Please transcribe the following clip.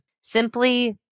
Simply